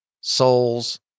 souls